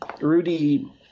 Rudy